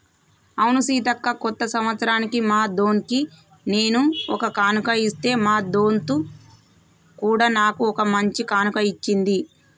అవును సీతక్క కొత్త సంవత్సరానికి మా దొన్కి నేను ఒక కానుక ఇస్తే మా దొంత్ కూడా నాకు ఓ మంచి కానుక ఇచ్చింది